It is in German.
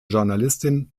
journalistin